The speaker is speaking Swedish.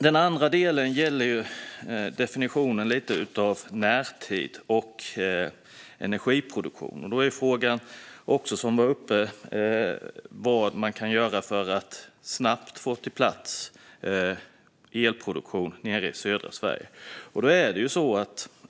Den andra delen gäller definitionen av närtid och energiproduktion. Frågan är vad man kan göra för att snabbt få på plats elproduktion i södra Sverige.